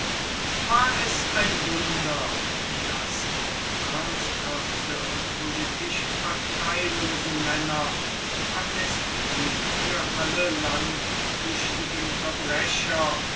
war es ein wunder daß auch ernsthafte und politisch parteilose männer amnestie für alle landflüchtigen verbrecher